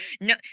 no